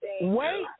Wait